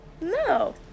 No